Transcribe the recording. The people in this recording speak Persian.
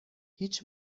هیچ